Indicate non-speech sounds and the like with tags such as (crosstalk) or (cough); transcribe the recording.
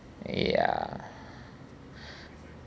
ya (breath)